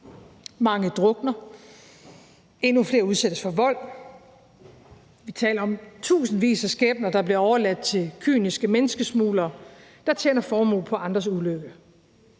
Mange drukner, endnu flere udsættes for vold. Vi taler om tusindvis af skæbner, der bliver overladt til kyniske menneskesmuglere, der tjener formuer på andres ulykke.